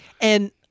And-